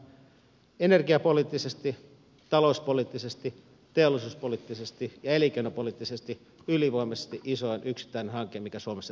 tämä on energiapoliittisesti talouspoliittisesti teollisuuspoliittisesti ja elinkeinopoliittisesti ylivoimaisesti isoin yksittäinen hanke mikä suomessa tällä hetkellä on vireillä